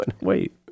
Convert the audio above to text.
wait